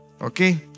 Okay